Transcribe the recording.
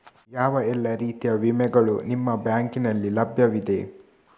ಯಾವ ಎಲ್ಲ ರೀತಿಯ ವಿಮೆಗಳು ನಿಮ್ಮ ಬ್ಯಾಂಕಿನಲ್ಲಿ ಲಭ್ಯವಿದೆ?